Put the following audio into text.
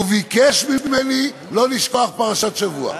והוא ביקש ממני לא לשכוח פרשת שבוע.